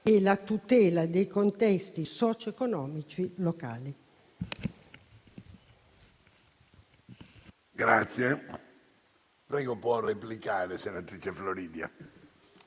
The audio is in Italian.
e la tutela dei contesti socio-economici locali.